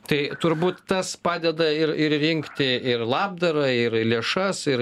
tai turbūt tas padeda ir ir rinkti ir labdarą ir lėšas ir